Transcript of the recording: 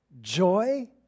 joy